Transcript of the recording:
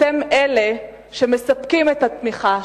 אתם אלה שמספקים את התמיכה,